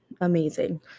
amazing